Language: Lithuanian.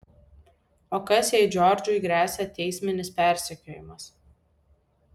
o kas jei džordžui gresia teisminis persekiojimas